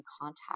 contact